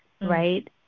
right